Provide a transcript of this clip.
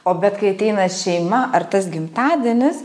o bet kai ateina šeima ar tas gimtadienis